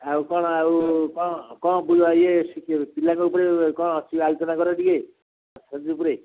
ଆଉ କ'ଣ ଆଉ କ'ଣ କ'ଣ ପୁ ଇଏ ଶଖିବ ପିଲାଙ୍କ ଉପରେ କ'ଣ ଆଛି ଆଲୋଚନା କର ଟିକେ